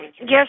Yes